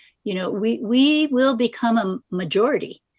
you know we we will become a majority.